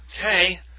Okay